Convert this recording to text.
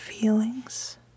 feelings